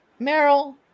Meryl